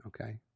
okay